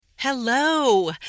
Hello